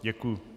Děkuji.